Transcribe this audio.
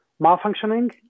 malfunctioning